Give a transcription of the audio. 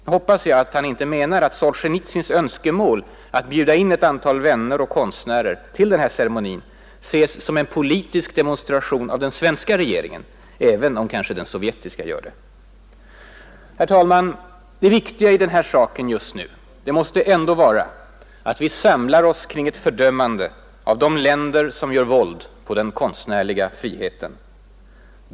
Jag hoppas ju att han inte menar att Solzjenitsyns önskemål — att bjuda in ett antal vänner och konstnärer till ceremonin — ses som ”en politisk demonstration” av den svenska regeringen även om kanske den sovjetiska gör det. Det viktiga i den här saken just nu måste ändå vara att vi samlar oss kring ett fördömande av de länder som gör våld på den konstnärliga friheten.